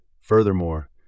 Furthermore